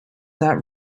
that